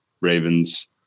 Ravens